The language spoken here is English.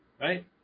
right